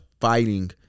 fighting